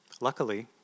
Luckily